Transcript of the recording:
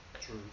True